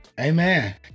Amen